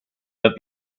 that